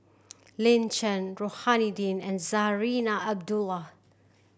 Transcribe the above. Lin Chen Rohani Din and Zarinah Abdullah